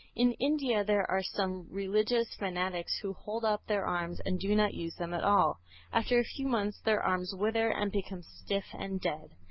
in india there are some religious fanatics who hold up their arms and do not use them at all after a few months their arms wither and become stiff and dead.